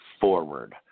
forward